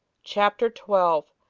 chapter twelve.